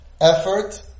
effort